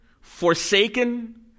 forsaken